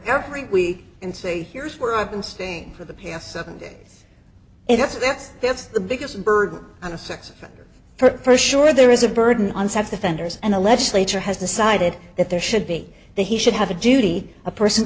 every week and say here's where i've been staying for the past seven days if that's that's that's the biggest burger on a sex offender for sure there is a burden on sex offenders and the legislature has decided that there should be that he should have a duty a person